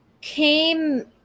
came